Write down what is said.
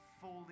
fully